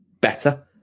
better